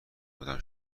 بودم